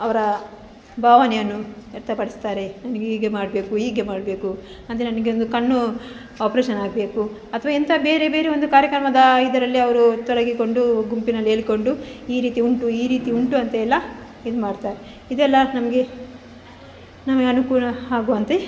ಅವರ ಭಾವನೆಯನ್ನು ವ್ಯಕ್ತಪಡಿಸ್ತಾರೆ ನನಗೆ ಹೀಗೆ ಮಾಡಬೇಕು ಹೀಗೆ ಮಾಡಬೇಕು ಅಂದರೆ ನನಗೆ ಒಂದು ಕಣ್ಣು ಆಪ್ರೇಷನ್ ಆಗಬೇಕು ಅಥ್ವಾ ಎಂತ ಬೇರೆ ಬೇರೆ ಒಂದು ಕಾರ್ಯಕ್ರಮದ ಇದರಲ್ಲಿ ಅವರು ತೊಡಗಿಕೊಂಡು ಗುಂಪಿನಲ್ಲಿ ಹೇಳಿಕೊಂಡು ಈ ರೀತಿ ಉಂಟು ಈ ರೀತಿ ಉಂಟು ಅಂತೆಲ್ಲ ಇದು ಮಾಡ್ತಾರೆ ಇದೆಲ್ಲ ನಮಗೆ ನಮಗೆ ಅನುಕೂಲ ಆಗುವಂತೆ